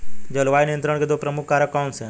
जलवायु नियंत्रण के दो प्रमुख कारक कौन से हैं?